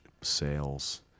sales